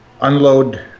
unload